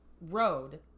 road